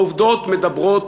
העובדות מדברות,